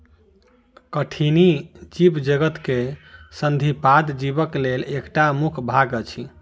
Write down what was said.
कठिनी जीवजगत में संधिपाद जीवक लेल एकटा मुख्य भाग अछि